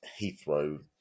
Heathrow